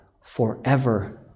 forever